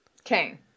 Okay